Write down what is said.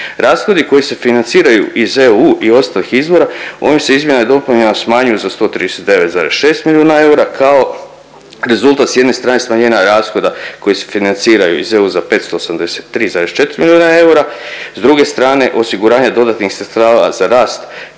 Rashodi koji se financiraju iz EU i ostalih izvora oni se izmjenama i dopunama smanjuju za 139,6 milijuna eura, kao rezultat s jedne strane smanjenja rashoda koji se financiraju iz EU za 583,4 milijuna eura, s druge strane osiguranje dodatnih sredstava za rast